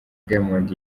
diamond